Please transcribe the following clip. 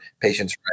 patients